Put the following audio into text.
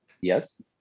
Yes